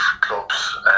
clubs